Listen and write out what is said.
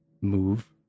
move